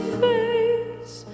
face